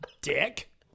dick